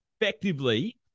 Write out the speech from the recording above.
effectively